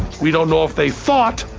we don't know if they thought,